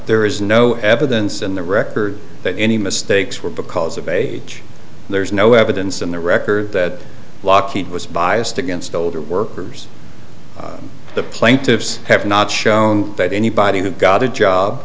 there is no evidence in the record that any mistakes were because of age there's no evidence in the record that lockheed was biased against older workers the plaintiffs have not shown that anybody who got a